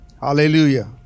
Hallelujah